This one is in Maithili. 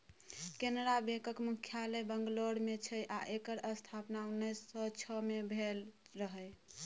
कैनरा बैकक मुख्यालय बंगलौर मे छै आ एकर स्थापना उन्नैस सँ छइ मे भेल रहय